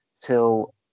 till